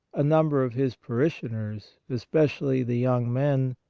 a number of his parishioners, especially the young men,